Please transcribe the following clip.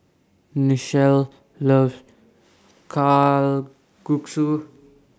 Nichelle loves Kalguksu